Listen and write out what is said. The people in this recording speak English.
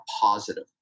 positive